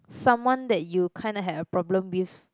someone that you kinda had a problem with